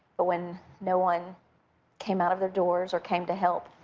but when no one came out of their doors or came to help,